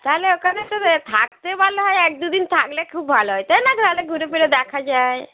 তাহলে ওখানে তো থাকতে ভালো হয় এক দুদিন থাকলে খুব ভালো হয় তাই না তাহলে ঘুরে ফেড়ে দেখা যায়